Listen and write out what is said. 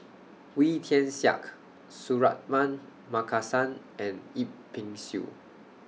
Wee Tian Siak Suratman Markasan and Yip Pin Xiu